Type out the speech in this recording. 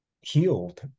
healed